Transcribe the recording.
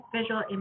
visual